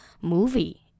movie